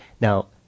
Now